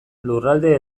lurralde